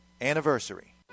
anniversary